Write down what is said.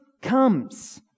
comes